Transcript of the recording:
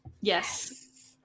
Yes